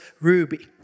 Ruby